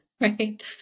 Right